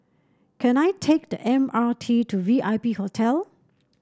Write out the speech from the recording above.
can I take the M R T to V I P Hotel